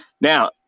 Now